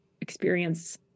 experience